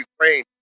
Ukraine